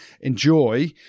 enjoy